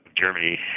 Germany